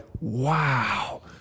wow